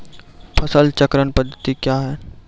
फसल चक्रण पद्धति क्या हैं?